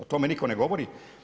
O tome nitko ne govori.